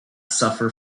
suffer